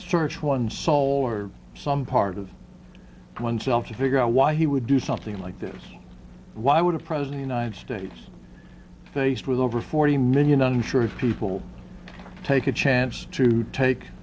search one's soul or some part of oneself to figure out why he would do something like this why would a president nine states faced with over forty million uninsured people take a chance to take